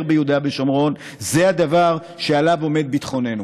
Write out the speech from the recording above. ביהודה ושומרון זה הדבר שעליו עומד ביטחוננו,